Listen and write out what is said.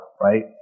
right